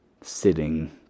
sitting